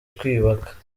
kwiyubaka